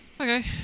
Okay